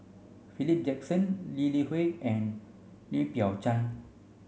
Philip Jackson Lee Li Hui and Lim Biow Chuan